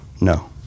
no